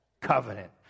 covenant